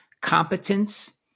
competence